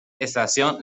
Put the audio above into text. estación